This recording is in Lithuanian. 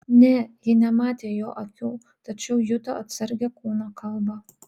ne ji nematė jo akių tačiau juto atsargią kūno kalbą